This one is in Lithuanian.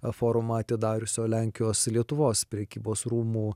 forumą atidariusio lenkijos ir lietuvos prekybos rūmų